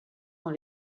dans